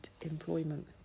employment